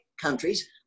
countries